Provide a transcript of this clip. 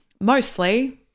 mostly